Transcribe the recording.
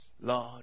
Lord